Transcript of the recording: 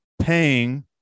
paying